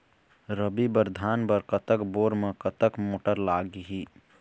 रबी बर धान बर कतक बोर म कतक मोटर लागिही?